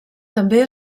també